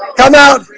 come out